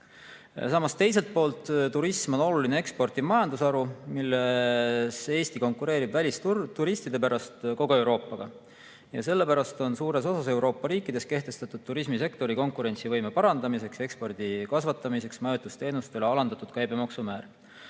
neist. Samas, teiselt poolt on turism oluline eksportiv majandusharu, milles Eesti konkureerib välisturistide pärast kogu Euroopaga. Sellepärast on suures osas Euroopa riikides kehtestatud turismisektori konkurentsivõime parandamiseks ja ekspordi kasvatamiseks majutusteenustele alandatud käibemaksumäär.